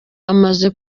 amaze